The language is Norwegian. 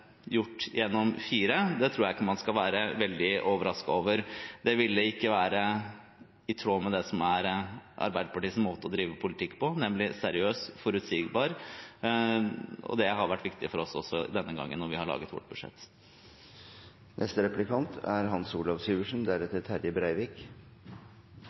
gjort gjennom fire år, tror jeg ikke man skal være veldig overrasket over. Det ville ikke være i tråd med det som er Arbeiderpartiets måte å drive politikk på, nemlig seriøst og forutsigbart, og det har vært viktig for oss når vi har laget vårt budsjett også denne gangen. Representanten Wickholm snakket seg nesten varm om fagforeningsfradraget, og det er